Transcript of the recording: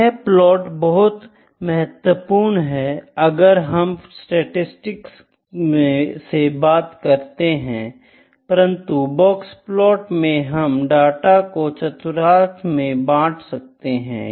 यह प्लॉट बहुत महत्वपूर्ण है अगर हम स्टैटिसटिकल से बात करते हैं परंतु बॉक्सप्लॉट में हम डाटा को चतुर्थक मे बांट सकते हैं